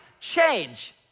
change